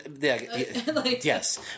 Yes